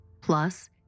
Plus